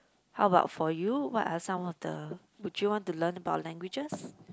how about for you what are some of the would you want to learn about languages